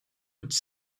which